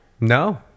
No